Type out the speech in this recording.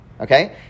okay